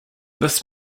this